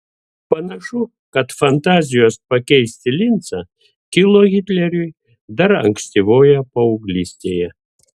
panašu kad fantazijos pakeisti lincą kilo hitleriui dar ankstyvoje paauglystėje